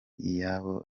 iyabo